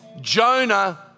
Jonah